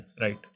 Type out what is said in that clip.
Right